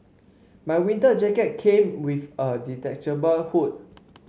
my winter jacket came with a detachable hood